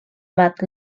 matt